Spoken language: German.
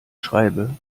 schreibe